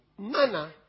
manner